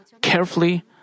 carefully